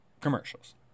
commercials